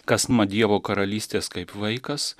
kas dievo karalystės kaip vaikas